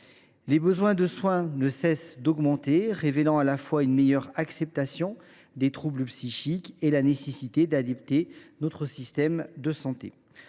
Les besoins de soins ne cessent d’augmenter, révélant à la fois une meilleure acceptation des troubles psychiques et la nécessité d’adapter notre système de santé.